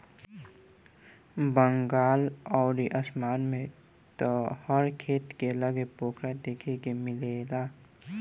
बंगाल अउरी आसाम में त हर खेत के लगे पोखरा देखे के मिलेला